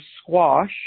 squash